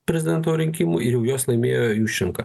prezidento rinkimų ir juos laimėjo juščenka